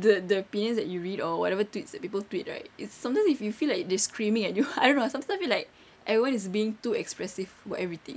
the the opinions that you read or whatever tweets that people tweet right it's sometimes if you feel like they screaming at you I don't know sometimes I feel like everyone is being too expressive about everything